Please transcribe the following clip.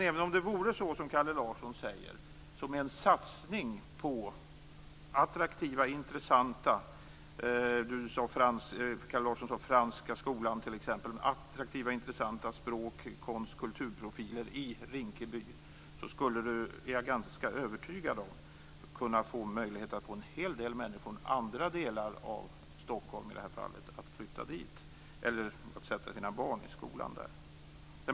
Även om det vore så som Kalle Larsson säger skulle en satsning på attraktiva och intressanta - Kalle Larsson nämnde Franska skolan - språk-, konst och kulturprofiler i Rinkeby göra att en hel del människor från andra delar av Stockholm flyttade dit eller satte sina barn i skolan där - det är jag ganska övertygad om.